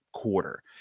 Quarter